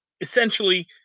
essentially